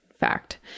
Fact